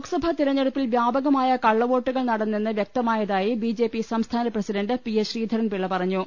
ലോക്സഭാ തെരഞ്ഞെടുപ്പിൽ വ്യാപകമായ കള്ളവോ ട്ടുകൾ നടന്നെന്നു വൃക്തമായതായി ബി ജെ പി സംസ്ഥാന പ്രസിഡണ്ട് പി എസ് ശ്രീധരൻപിള്ള പറഞ്ഞു